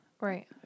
Right